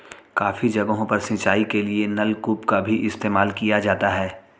काफी जगहों पर सिंचाई के लिए नलकूप का भी इस्तेमाल किया जाता है